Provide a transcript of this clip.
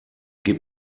gib